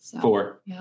four